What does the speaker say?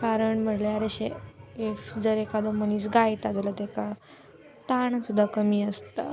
कारण म्हळ्यार अशें इफ जर एकादो मनीस गायता जाल्यार तेका ताण सुद्दां कमी आसता